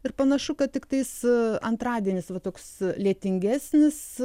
ir panašu kad tiktais antradienis va toks lietingesnis